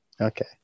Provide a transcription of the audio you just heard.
Okay